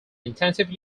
intensive